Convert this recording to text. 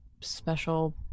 special